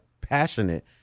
passionate